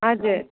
हजुर